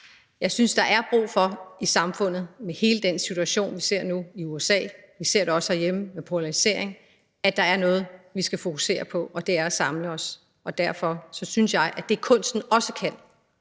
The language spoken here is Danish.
Jeg synes, at der i samfundet med hele den situation, vi nu ser i USA – vi ser det også herhjemme med polariseringen – er brug for noget, vi skal fokusere på, og det er at samle os. Derfor synes jeg, at det, kunsten også kan,